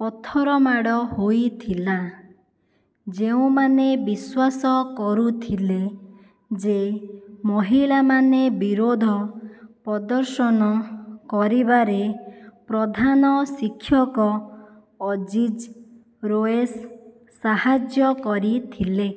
ପଥର ମାଡ଼ ହୋଇଥିଲା ଯେଉଁମାନେ ବିଶ୍ୱାସ କରୁଥିଲେ ଯେ ମହିଳାମାନେ ବିରୋଧ ପ୍ରଦର୍ଶନ କରିବାରେ ପ୍ରଧାନ ଶିକ୍ଷକ ଅଜିଜ୍ ରୋଏଶ ସାହାଯ୍ୟ କରିଥିଲେ